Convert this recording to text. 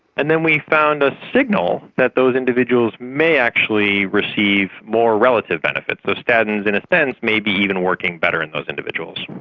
and then we found a signal that those individuals may actually receive more relative benefit. so statins in a sense may be even working better in those individuals.